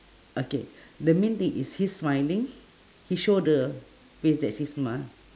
okay the main thing is he's smiling he show the face that smile